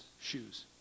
shoes